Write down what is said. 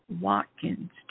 Watkins